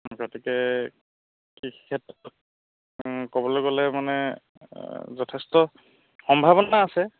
গতিকে কৃষি ক্ষেত্ৰত ক'বলৈ গ'লে মানে যথেষ্ট সম্ভাৱনা আছে